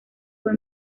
fue